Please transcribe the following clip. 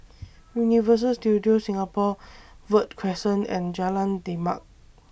Universal Studios Singapore Verde Crescent and Jalan Demak